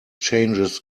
changes